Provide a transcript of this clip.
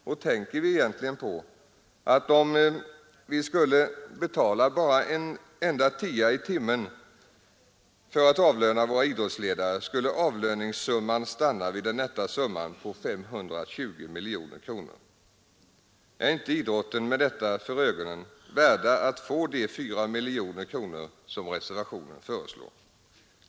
Om vi skulle avlöna våra idrottsledare med bara en tia i timmen för det arbete de utför, skulle avlöningssumman stanna vid det nätta beloppet av 520 miljoner kronor. Är inte idrotten med detta för ögonen värd att få de 4 miljoner kronor som reservationen föreslår?